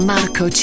Marco